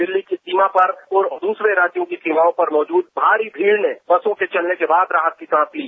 दिल्ली की सीमा पर और दूसरे राज्यों की सीमाओं पर मौजूद भारी भीड़ ने बसों के चलने के बाद राहत की सांस ली